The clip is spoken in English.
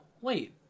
wait